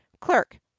clerk